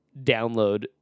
download